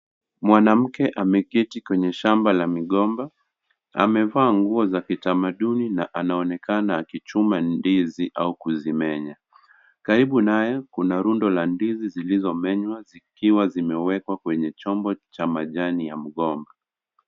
Mwanamke ameketi kwenye shamba la migomba amevaa nguo za kitamaduni na anaonekana akichuma ndizi au kuzimenya, karibu naye kuna rundo la ndizi zilizomenywa zikiwa zimewekwa kwenye chombo cha majani ya mgomba.